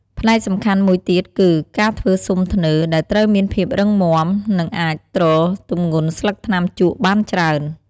ផ្នែកសំខាន់មួយទៀតគឺ ការធ្វើស៊ុមធ្នើរ ដែលត្រូវមានភាពរឹងមាំ និងអាចទ្រទម្ងន់ស្លឹកថ្នាំជក់បានច្រើន។